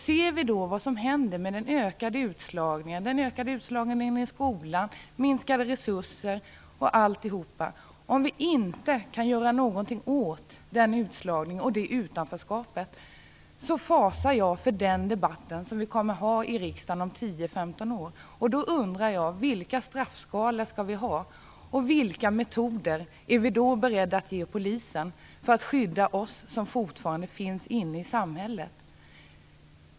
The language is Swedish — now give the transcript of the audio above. Se till vad som händer med den ökade utslagningen, den ökade utslagningen i skolan, de minskade resurserna m.m. Om vi inte kan göra något åt den utslagningen och det utanförskapet fasar jag för den debatt vi kommer att ha i riksdagen om 10-15 år. Då undrar jag: Vilka straffskalor skall vi då ha, och vilka metoder är vi då beredda att låta polisen använda för att skydda oss som fortfarande finns inne i samhället?